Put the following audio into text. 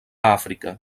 àfrica